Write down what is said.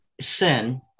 sin